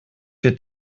wird